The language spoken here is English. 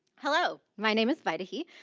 hello, my name is vaidehi.